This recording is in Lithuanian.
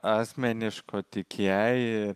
asmeniško tik jai